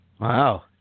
Wow